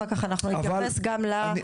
אנחנו נתייחס בהמשך גם לכך.